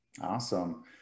Awesome